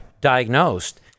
diagnosed